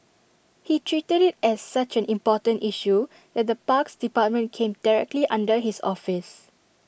he treated IT as such an important issue that the parks department came directly under his office